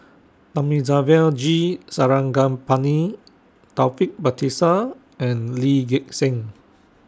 Thamizhavel G Sarangapani Taufik Batisah and Lee Gek Seng